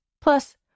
Plus